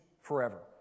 forever